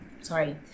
sorry